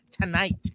tonight